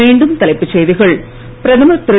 மீண்டும் தலைப்புச் செய்திகள் பிரதமர் திரு